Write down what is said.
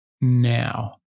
now